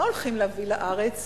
מה הולכים להביא לארץ?